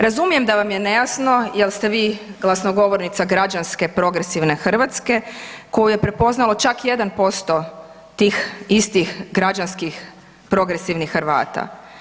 Razumijem da vam je nejasno jel ste vi glasnogovornica građanske progresivne Hrvatske koju je prepoznalo čak 1% tih istih građanskih progresivnih Hrvata.